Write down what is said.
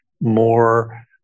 more